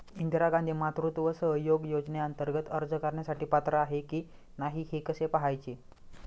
इंदिरा गांधी मातृत्व सहयोग योजनेअंतर्गत अर्ज करण्यासाठी पात्र आहे की नाही हे कसे पाहायचे?